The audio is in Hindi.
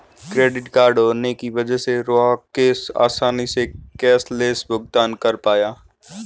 क्रेडिट कार्ड होने की वजह से राकेश आसानी से कैशलैस भुगतान कर पाया